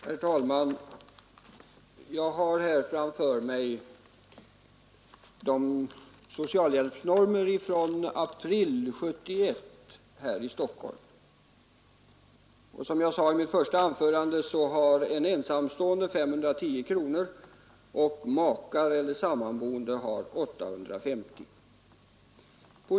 Herr talman! Jag har framför mig socialhjälpsnormerna från april 1971 här i Stockholm. Som jag sade i mitt första anförande har en ensamstående 510 kronor och makar eller sammanboende 850 kronor.